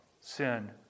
sin